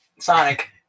Sonic